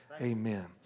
Amen